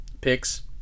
picks